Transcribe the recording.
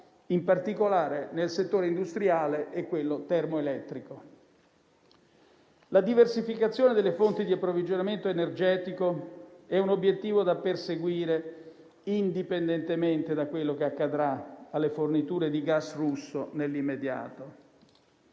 in particolare nel settore industriale e in quello termoelettrico. La diversificazione delle fonti di approvvigionamento energetico è un obiettivo da perseguire indipendentemente da quello che accadrà alle forniture di gas russo nell'immediato;